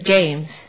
James